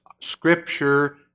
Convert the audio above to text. Scripture